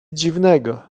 dziwnego